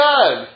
God